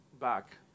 back